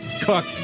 Cook